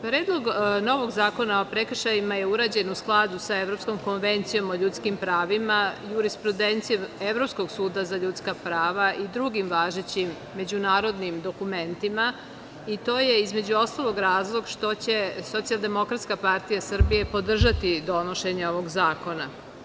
Predlog novog zakona o prekršajima je urađen u skladu sa Evropskom konvencijom o ljudskim pravima i jurisprudencijom Evropskog suda za ljudska prava i drugim važećim međunarodnim dokumentima i to je, između ostalog, razlog što će Socijaldemokratska partija Srbije podržati donošenje ovog zakona.